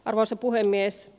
arvoisa puhemies